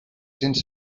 cents